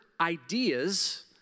ideas